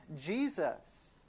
Jesus